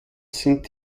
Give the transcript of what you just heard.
sind